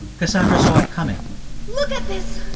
cassandra saw it coming look at this.